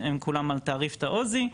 הם כולם על תעריף תעו"זי,